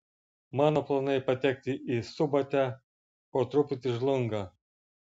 mano planai patekti į subatę po truputį žlunga